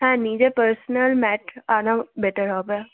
হ্যাঁ নিজের personal mat আনা বেটার হবে